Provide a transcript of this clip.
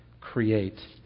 create